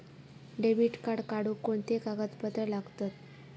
Debit card काढुक कोणते कागदपत्र लागतत?